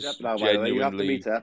genuinely